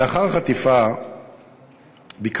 לאחר החטיפה ביקרתי